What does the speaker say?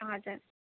हजुर